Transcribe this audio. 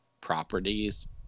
properties